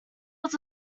was